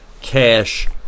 cash